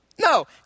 No